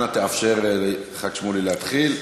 אנא תאפשר לח"כ שמולי להתחיל.